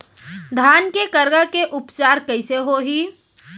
धान के करगा के उपचार कइसे होही?